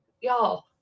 Y'all